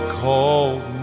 called